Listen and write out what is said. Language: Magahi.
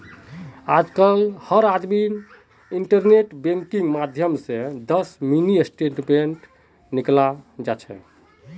आजकल हर आदमी इन्टरनेट बैंकिंगेर माध्यम स दस मिनी स्टेटमेंट निकाल जा छ